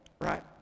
right